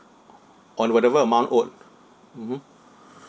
on whatever amount owed mmhmm